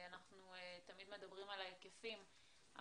כולנו מדברים על ההגבלות שקיימות ועל איך הדברים מתנהלים,